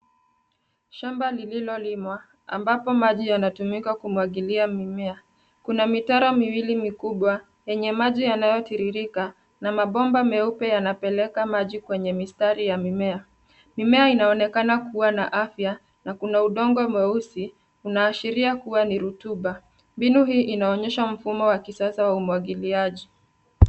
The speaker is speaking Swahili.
Shamba lililolimwa ambapo maji yanatumika kumwagilia mimea. Kuna mitaro miwili mikubwa yenye maji yanayotiririka na mabomba meupe yanapeleka maji kwenye mistari ya mimea. Mimea inaonekana kuwa na afya na kuna udongo mweusi unaashiria kuwa ni rutuba. Mbinu hii inaonyesha mfumo wa kisasa wa umwagiliaji.